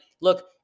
look